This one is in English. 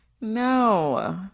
No